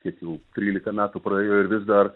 kiek jau trylika metų praėjo ir vis dar